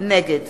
נגד